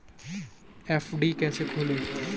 FD कैसे खोलें?